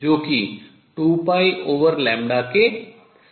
जो कि 2 के समान है